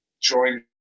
join